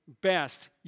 best